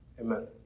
Amen